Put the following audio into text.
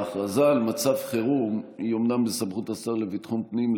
ההכרזה על מצב חירום היא אומנם בסמכות השר לביטחון הפנים,